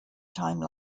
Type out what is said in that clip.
time